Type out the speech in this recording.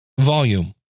volume